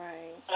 Right